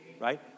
right